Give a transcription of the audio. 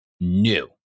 new